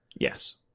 Yes